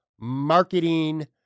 marketing